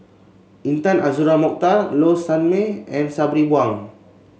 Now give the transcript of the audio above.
Intan Azura Mokhtar Low Sanmay and Sabri Buang